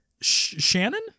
Shannon